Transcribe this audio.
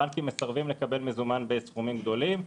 הבנקים מסרבים לקבל מזומן בסכומים גדולים.